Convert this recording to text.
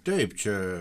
taip čia